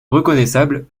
reconnaissable